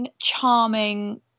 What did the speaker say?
charming